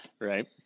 Right